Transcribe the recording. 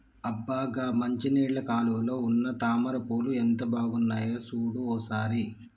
అబ్బ గా మంచినీళ్ళ కాలువలో ఉన్న తామర పూలు ఎంత బాగున్నాయో సూడు ఓ సారి